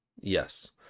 Yes